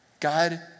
God